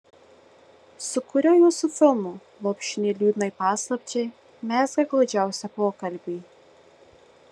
su kuriuo jūsų filmu lopšinė liūdnai paslapčiai mezga glaudžiausią pokalbį